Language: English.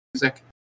music